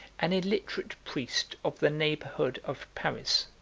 an illiterate priest of the neighborhood of paris,